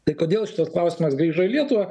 tai kodėl šitas klausimas grįžo į lietuvą